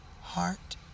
heart